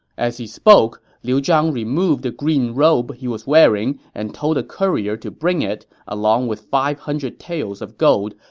as he spoke, he ah removed the green robe he was wearing and told a courier to bring it, along with five hundred taels of gold,